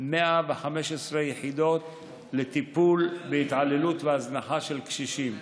115 יחידות לטיפול בהתעללות ובהזנחה של קשישים.